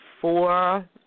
four